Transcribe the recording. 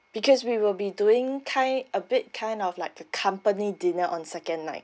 because we will be doing kind a bit kind of like the company dinner on second night